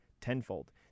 tenfold